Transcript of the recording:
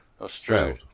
Australia